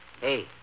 hey